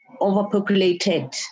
overpopulated